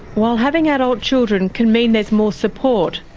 while having adult children can mean there's more support,